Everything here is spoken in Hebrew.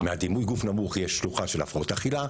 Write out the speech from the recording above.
לדימוי גוף נמוך יש שלוחה של הפרעות אכילה,